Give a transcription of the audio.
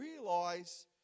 realize